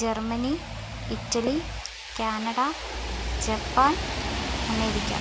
Germany Italy Canada Japan America